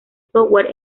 software